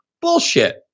Bullshit